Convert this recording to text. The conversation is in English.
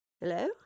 Hello